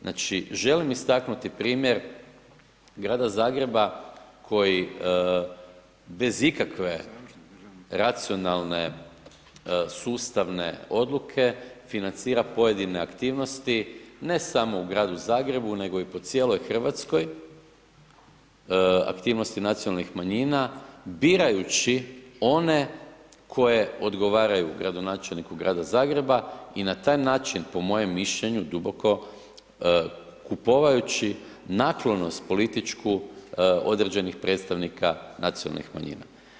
Znači želim istaknuti primjer Grada Zagreba koji bez ikakve racionalne, sustavne odluke financira pojedine aktivnosti, ne samo u Gradu Zagrebu nego i po cijeloj Hrvatskoj, aktivnosti nacionalnih manjina birajući one koje odgovaraju gradonačelniku Grada Zagreba i na taj način po mojem mišljenju duboko, kupovajući naklonost političku određenih predstavnika nacionalnih manjina.